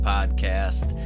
Podcast